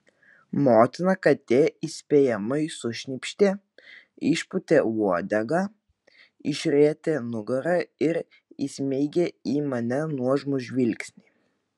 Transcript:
motina katė įspėjamai sušnypštė išpūtė uodegą išrietė nugarą ir įsmeigė į mane nuožmų žvilgsnį